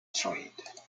trade